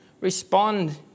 respond